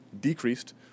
decreased